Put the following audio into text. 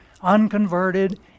unconverted